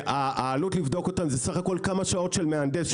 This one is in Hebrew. העלות לבדוק אותם זה סך הכול כמה שעות של מהנדס,